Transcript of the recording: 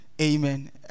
Amen